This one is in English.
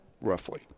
roughly